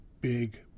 big